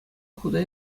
хута